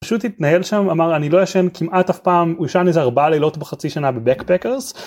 פשוט התנהל שם אמר אני לא ישן כמעט אף פעם הוא ישן איזה ארבעה לילות בחצי שנה בבקפקרס.